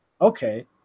Okay